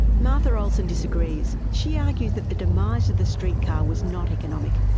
martha olsen disagrees. she argues that the demise of the street car was not economic,